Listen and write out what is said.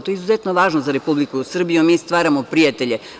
To je izuzetno važno za Republiku Srbiju, a mi stvaramo prijatelje.